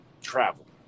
travel